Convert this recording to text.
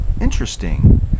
interesting